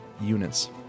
units